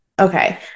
okay